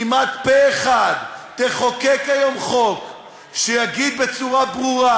כמעט פה-אחד תחוקק היום חוק שיגיד בצורה ברורה: